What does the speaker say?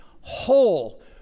whole